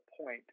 point